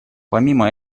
помимо